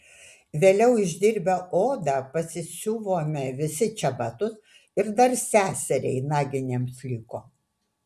vėliau išdirbę odą pasisiuvome visi čebatus ir dar seseriai naginėms liko